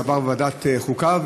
שעבר בוועדת חוקה,